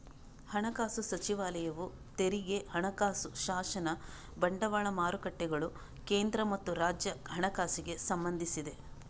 ಹಣಕಾಸು ಸಚಿವಾಲಯವು ತೆರಿಗೆ, ಹಣಕಾಸು ಶಾಸನ, ಬಂಡವಾಳ ಮಾರುಕಟ್ಟೆಗಳು, ಕೇಂದ್ರ ಮತ್ತು ರಾಜ್ಯ ಹಣಕಾಸಿಗೆ ಸಂಬಂಧಿಸಿದೆ